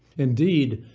indeed,